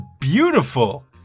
beautiful